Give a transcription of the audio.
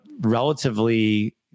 relatively